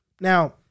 Now